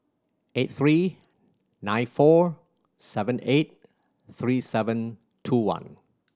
eight three nine four seven eight three seven two one